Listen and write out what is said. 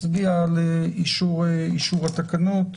אצביע על אישור התקנות.